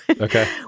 Okay